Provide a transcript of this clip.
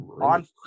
On